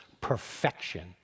perfection